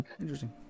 interesting